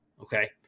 Okay